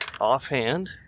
Offhand